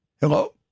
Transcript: Hello